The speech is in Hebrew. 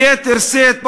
ביתר שאת,